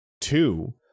two